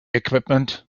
equipment